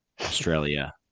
Australia